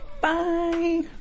Bye